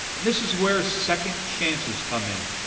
and this is where second chances come in.